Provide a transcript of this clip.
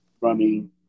Running